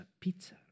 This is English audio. pizza